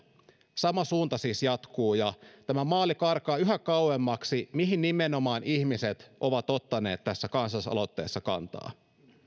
sama suunta siis jatkuu ja se maali karkaa yhä kauemmaksi mihin nimenomaan ihmiset ovat ottaneet tässä kansalaisaloitteessa kantaa